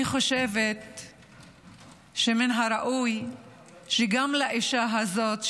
אני חושבת שמן הראוי שגם האישה הזאת,